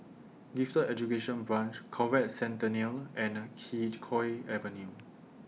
Gifted Education Branch Conrad Centennial and Kee Choe Avenue